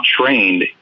trained